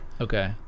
Okay